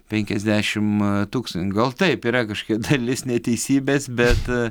penkiasdešimt ee tūkstan gal taip yra kažkiek dalis neteisybės bet